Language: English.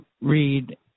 read